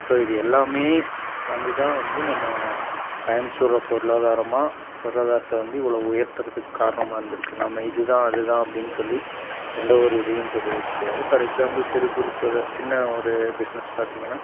so இது எல்லாமே வந்து தான் வந்து நம்ம கோயமுத்தூரை பொருளாதாரமாக பொருளாதாரத்தை வந்து இவ்வளோ உயர்த்துகிறதுக்கு காரணமாக இருந்துருக்குது நம்ம இது தான் அது தான் அப்படின்னு சொல்லி எந்த ஒரு இதையும் சொல்லியிருக்க முடியாது ஃபார் எக்ஸாம்பிள் சிறு குறு தொழி சின்ன ஒரு பிஸ்னஸ் பார்த்தீங்கன்னா